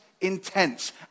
intense